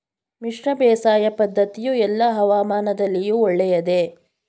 ಮಿಶ್ರ ಬೇಸಾಯ ಪದ್ದತಿಯು ಎಲ್ಲಾ ಹವಾಮಾನದಲ್ಲಿಯೂ ಒಳ್ಳೆಯದೇ?